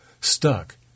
stuck